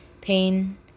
Pain